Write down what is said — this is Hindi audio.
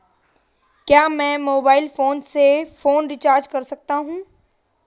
क्या मैं मोबाइल फोन से फोन रिचार्ज कर सकता हूं?